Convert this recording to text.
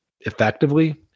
effectively